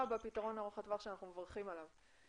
מבלי לגרוע מהפתרון ארוך הטווח שאנחנו מברכים עליו.